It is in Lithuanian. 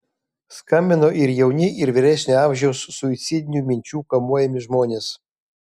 skambino ir jauni ir vyresnio amžiaus suicidinių minčių kamuojami žmonės